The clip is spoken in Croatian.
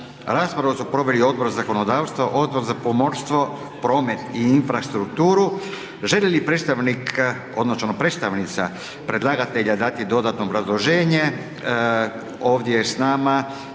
Raspravu su proveli Odbor za zakonodavstvo, Odbor za pomorstvo, promet i infrastrukturu. Želi li predstavnik odnosno predstavnica predlagatelja dati dodatno obrazloženje? Ovdje je s nama